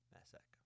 Massac